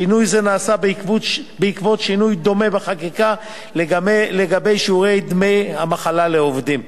שינוי זה נעשה בעקבות שינוי דומה בחקיקה לגבי שיעורי דמי המחלה לעובדים.